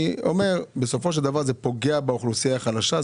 בסופו של דבר זה פוגע באוכלוסייה החלשה,